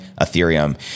Ethereum